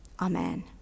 Amen